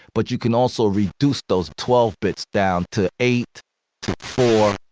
but you can also reduce those twelve bits down to eight four.